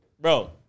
bro